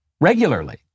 regularly